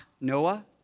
Noah